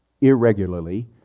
irregularly